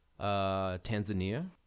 Tanzania